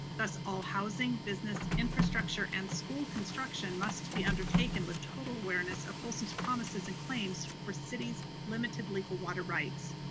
thus, all housing, business, infrastructure, and school construction must be undertaken with total awareness of folsom's promises and claims for city's limited legal water rights.